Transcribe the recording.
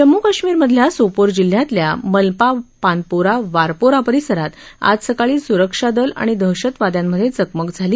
जम्मू काश्मीरमधल्या सोपोर जिल्ह्यातल्या मलमापानपोरा वारपोरा परिसरात आज सकाळी सुरक्षा दल आणि दहशतवाद्यांमध्ये चकमक झाली